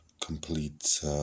complete